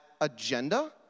agenda